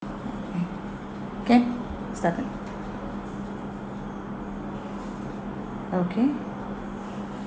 mm K started okay